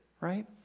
right